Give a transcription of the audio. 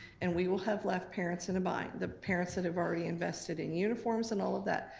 and we will have left parents in a bind, the parents that have already invested in uniforms and all of that.